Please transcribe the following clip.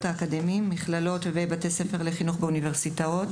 האקדמיים מכללות ובתי ספר לחינוך באוניברסיטאות